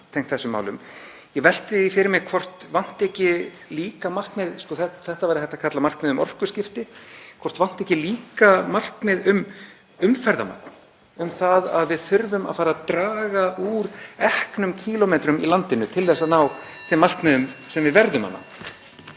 þetta væri hægt að kalla markmið um orkuskipti — hvort vanti ekki líka markmið um umferðarmagn, um það að við þurfum að fara að draga úr eknum kílómetrum í landinu til að ná þeim markmiðum sem við verðum að